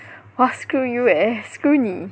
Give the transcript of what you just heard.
!wah! screw you eh screw 你